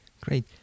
Great